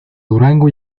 durango